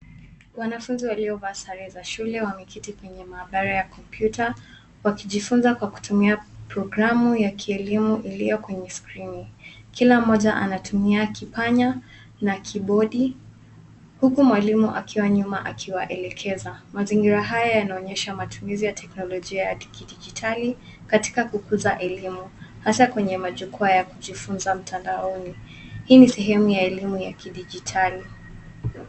Wanafunzi waliovaa sare za shule wameketi kwenye mandhari ya kompyuta wakijifunza kutumia programu ya kielimu iliyo kwenye skrini. Kila mmoja aantumia kipanya na kibodi huku mwalimu akiwa nyuma akiwaelekeza. Mazingira haya yanaonyesha matumizi ya teknolojia ya kidigitali katika kukuuza elimu hasa kwenye majukwaa ya kujifunza matandaoni. Hi ni sehemu ya elimu ya kidigitali.